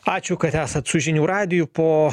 ačiū kad esat su žinių radiju po